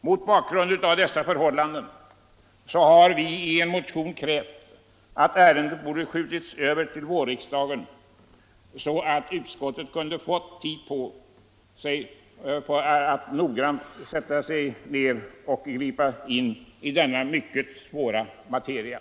& Mot bakgrund av dessa förhållanden har vi i en motion krävt att ärendet skall skjutas över till vårriksdagen, så att utskottet kunde ha fått tid att på ett noggrant sätt gripa in i denna mycket svåra materia.